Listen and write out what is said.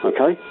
Okay